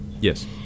Yes